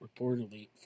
reportedly